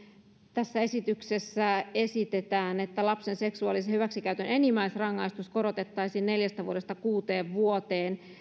tässä esityksessä esitetään että lapsen seksuaalisen hyväksikäytön enimmäisrangaistus korotettaisiin neljästä vuodesta kuuteen vuoteen